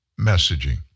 messaging